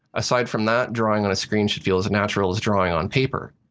aside from that, drawing on a screen should feel as natural as drawing on paper.